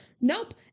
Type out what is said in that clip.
Nope